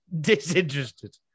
disinterested